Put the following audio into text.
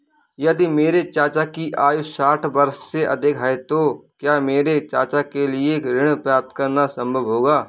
यदि मेरे चाचा की आयु साठ वर्ष से अधिक है तो क्या मेरे चाचा के लिए ऋण प्राप्त करना संभव होगा?